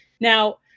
Now